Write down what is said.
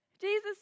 Jesus